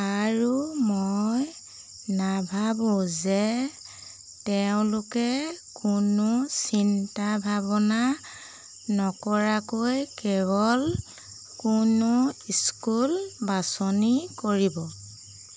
আৰু মই নাভাবো যে তেওঁলোকে কোনো চিন্তা ভাবনা নকৰাকৈ কেৱল কোনো স্কুল বাছনি কৰিব